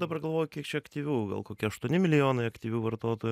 dabar galvoju kiek čia aktyvių gal kokie aštuoni milijonai aktyvių vartotojų